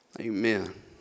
Amen